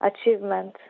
achievement